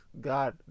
God